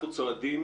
אנחנו צועדים,